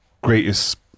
greatest